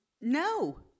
No